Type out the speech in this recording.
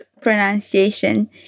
pronunciation